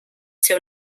seu